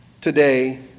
today